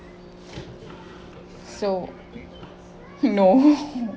so no